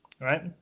right